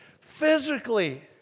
physically